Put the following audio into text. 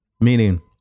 Meaning